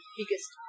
biggest